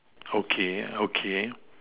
okay okay